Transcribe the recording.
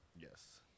Yes